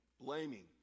blaming